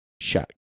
shot